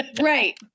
right